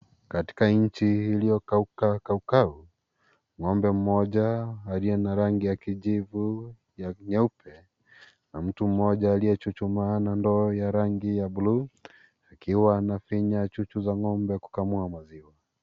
Katika nchi iliyokauka kau kau ng'ombe mmoja aliye na rangi ya kijivu nyeupe na mtu mmoja aliyechuchuma na ndoo ya rangi ya bluu akiwa anafinya chuchu za ng'ombe kukamua maziwa.